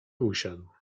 usiadł